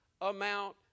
amount